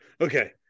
okay